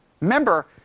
Remember